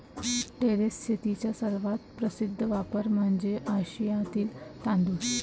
terrace शेतीचा सर्वात प्रसिद्ध वापर म्हणजे आशियातील तांदूळ